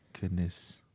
goodness